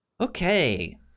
Okay